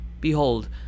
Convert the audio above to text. Behold